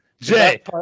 Jay